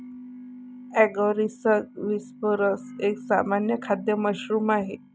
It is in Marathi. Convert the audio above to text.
ॲगारिकस बिस्पोरस एक सामान्य खाद्य मशरूम आहे